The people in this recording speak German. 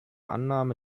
annahme